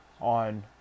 on